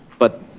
but,